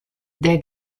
der